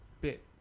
bit